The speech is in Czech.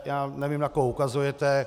Já nevím, na koho ukazujete.